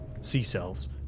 C-Cell's